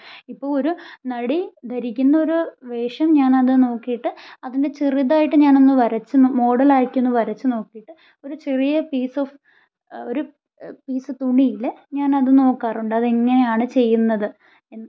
ഇപ്പോൾ ഒരു നടി ധരിക്കുന്ന ഒരു വേഷം ഞാൻ അത് നോക്കിയിട്ട് അതിനെ ചെറുതായിട്ട് ഞാൻ ഒന്ന് വരച്ചു മോഡൽ ആക്കി ഒന്ന് വരച്ചു നോക്കിയിട്ട് ഒര് ചെറിയ പീസ് ഓഫ് ഒരു പീസ് തുണിയിൽ ഞാൻ അത് നോക്കാറുണ്ട് അത് എങ്ങനെയാണ് ചെയ്യുന്നത് എന്ന്